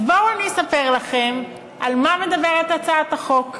אז בואו אני אספר לכם על מה מדברת הצעת החוק,